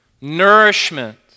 nourishment